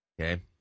Okay